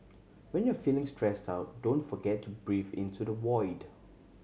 when you are feeling stressed out don't forget to breathe into the void